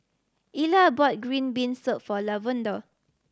Ila bought green bean soup for Lavonda